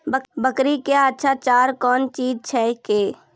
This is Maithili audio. बकरी क्या अच्छा चार कौन चीज छै के?